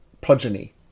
progeny